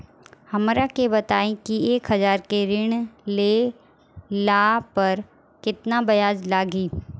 हमरा के बताई कि एक हज़ार के ऋण ले ला पे केतना ब्याज लागी?